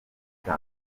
cya